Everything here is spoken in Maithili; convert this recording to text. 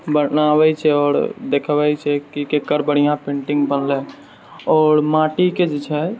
बनाबै छै आओर देखबै छै कि ककर बढ़िआँ पेण्टिङ्ग बनलै आओर माटिके जे छै